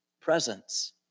presence